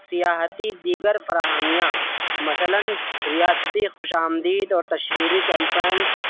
سیاحتی دیگر فراہمی مثلاً ریاستی خوش آمدید اور تشہری کیمپنس